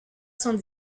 son